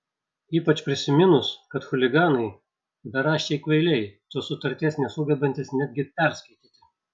ypač prisiminus kad chuliganai beraščiai kvailiai tos sutarties nesugebantys netgi perskaityti